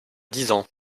disant